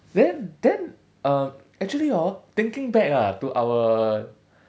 then then uh actually orh thinking back ah to our